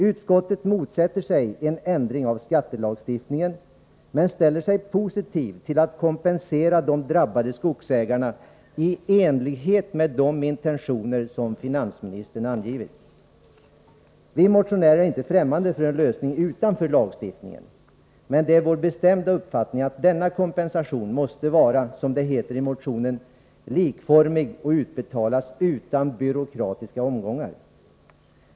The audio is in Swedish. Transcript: Utskottet motsätter sig en — med Vänerskogs ändring av skattelagstiftningen men ställer sig positiv till att kompensera de konkurs Vi motionärer är inte främmande för en lösning utanför lagstiftningen. Men det är vår bestämda uppfattning att denna kompensation måste, som det heter i motionen, ”vara likformig och utbetalas utan byråkratiska omgångar”.